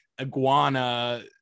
iguana